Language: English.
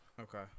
Okay